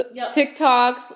TikToks